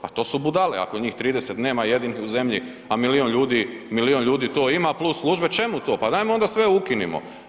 Pa to su budale ako njih 30 nema jedini u zemlji, a milijun ljudi to ima plus službe, čemu to, pa dajmo onda sve ukinimo.